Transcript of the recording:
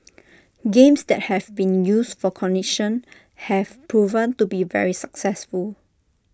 games that have been used for cognition have proven to be very successful